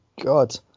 God